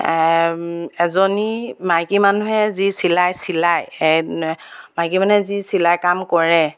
এজনী মাইকী মানুহে যি চিলাই চিলাই মাইকী মানুহে যি চিলাই কাম কৰে